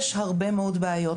יש הרבה מאוד בעיות,